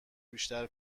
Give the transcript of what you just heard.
بیشتر